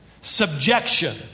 subjection